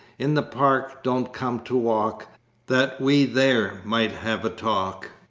in the park don't come to walk that we there might have a talk?